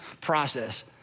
process